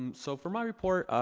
um so for my report,